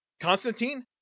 Constantine